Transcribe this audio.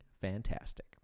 Fantastic